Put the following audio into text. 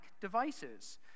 devices